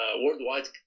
worldwide